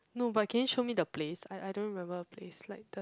no but can you show me the place I I don't remember the place like the